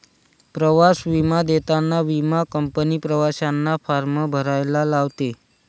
प्रवास विमा देताना विमा कंपनी प्रवाशांना फॉर्म भरायला लावते